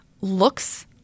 looks